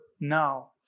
now